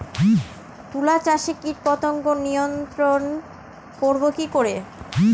তুলা চাষে কীটপতঙ্গ নিয়ন্ত্রণর করব কি করে?